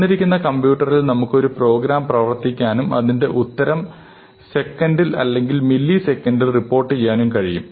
തന്നിരിക്കുന്ന കമ്പ്യൂട്ടറിൽ നമുക്ക് ക്ക് ഒരു പ്രോഗ്രാം പ്രവർത്തിപ്പിക്കാനും അതിന്റെ ഉത്തരം സെക്കൻഡിൽ അല്ലെങ്കിൽ മില്ലിസെക്കൻഡിൽ റിപ്പോർട്ടുചെയ്യാനും കഴിയും